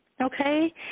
okay